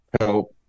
help